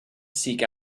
seek